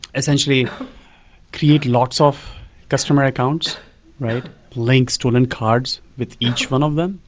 essentially create lots of customer accounts right, link stolen cards with each one of them.